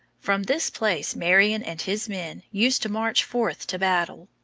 from this place marion and his men used to march forth to battle.